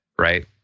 Right